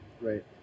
Right